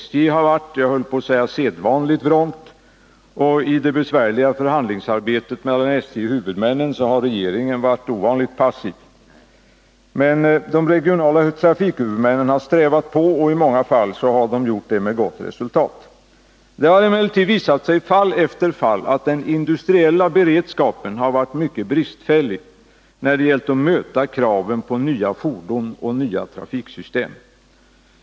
SJ har varit, jag höll på att säga sedvanligt, vrångt. I det besvärliga förhandlingsarbetet mellan SJ och huvudmännen har regeringen varit ovanligt passiv. Men de regionala trafikhuvudmännen har strävat på, och i många fall har de gjort det med gott resultat. Det har emellertid visat sig i fall efter fall att den industriella beredskapen har varit mycket bristfällig när det gällt att möta kraven på nya fordon och nya trafiksystem.